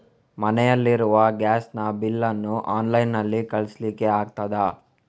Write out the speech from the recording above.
ಮನೆಯಲ್ಲಿ ಇರುವ ಗ್ಯಾಸ್ ನ ಬಿಲ್ ನ್ನು ಆನ್ಲೈನ್ ನಲ್ಲಿ ಕಳಿಸ್ಲಿಕ್ಕೆ ಆಗ್ತದಾ?